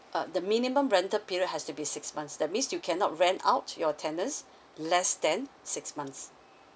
uh the minimum rental period has to be six months that means you cannot rent out your tenants less than six months